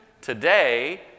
Today